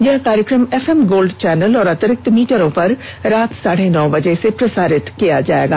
यह कार्यक्रम F M Gold channel और अतिरिक्त मीटरों पर रात साढ़े नौ बजे से प्रसारित किया जायेगा